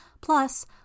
Plus